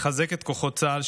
לחזק את כוחות צה"ל,